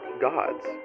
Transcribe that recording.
gods